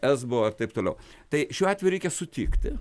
esbo ar taip toliau tai šiuo atveju reikia sutikti